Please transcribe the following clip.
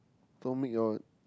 don't make you all